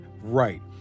right